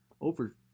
over